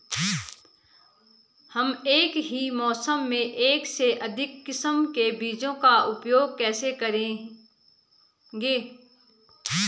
हम एक ही मौसम में एक से अधिक किस्म के बीजों का उपयोग कैसे करेंगे?